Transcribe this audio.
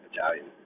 Italian